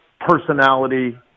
personality